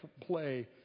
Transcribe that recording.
play